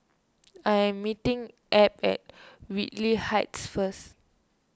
I am meeting Abb at Whitley Heights first